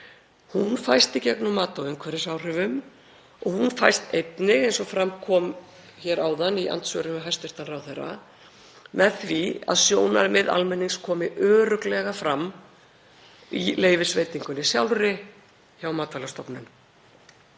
Hún fæst í gegnum mat á umhverfisáhrifum og hún fæst einnig, eins og fram kom hér áðan, í andsvörum við hæstv. ráðherra, með því að sjónarmið almennings komi örugglega fram í leyfisveitingunni sjálfri hjá Matvælastofnun.